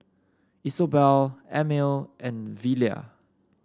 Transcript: Isobel Emil and Velia